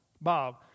Bob